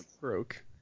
broke